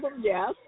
yes